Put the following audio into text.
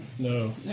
No